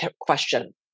question